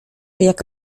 jak